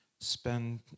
spend